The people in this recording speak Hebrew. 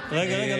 רגע,